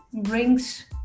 brings